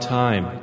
time